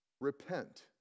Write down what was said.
Repent